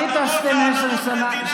היית 12 שנים.